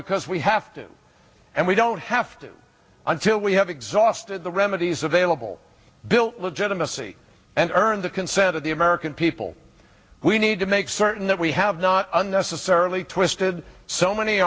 because we have to and we don't have to until we have exhausted the remedies available built legitimacy and earned the consent of the american people we need to make certain that we have not unnecessarily twisted so many